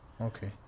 Okay